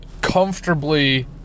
comfortably